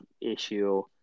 issue